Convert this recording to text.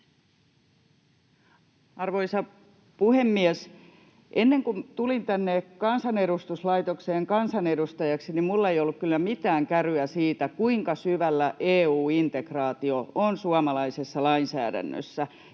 Arvoisa puhemies! Ennen kuin tulin tänne kansanedustuslaitokseen kansanedustajaksi, minulla ei ollut kyllä mitään käryä siitä, kuinka syvällä EU-integraatio on suomalaisessa lainsäädännössä,